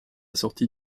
sortie